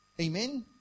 Amen